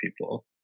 people